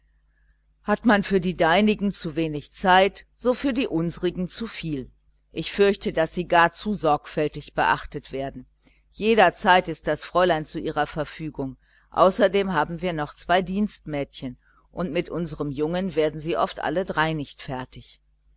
hat man für die deinigen zu wenig zeit so für die unserigen zu viel ich fürchte daß sie gar zu sorgfältig beachtet werden jederzeit ist das fräulein zu ihrer verfügung außerdem haben wir noch zwei dienstmädchen und mit unserem jungen werden sie oft alle drei nicht fertig